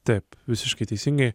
taip visiškai teisingai